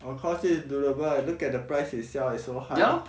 of course it is doable lah look at the price itself is so high